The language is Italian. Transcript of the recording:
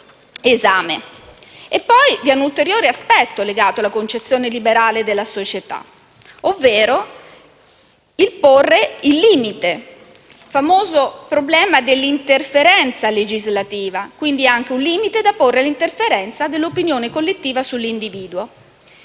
è, poi, un ulteriore aspetto legato alla concezione liberale della società, ovvero il famoso problema dell'interferenza legislativa: vi è anche un limite da porre all'interferenza dell'opinione collettiva sull'individuo.